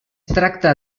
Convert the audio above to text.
tracta